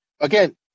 again